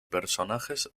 personajes